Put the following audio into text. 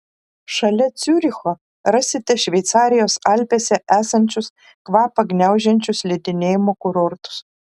šalia ciuricho rasite šveicarijos alpėse esančius kvapą gniaužiančius slidinėjimo kurortus